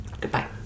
Goodbye